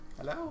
Hello